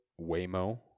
Waymo